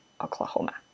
Oklahoma